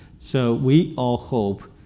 so we all hope,